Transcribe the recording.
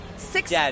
six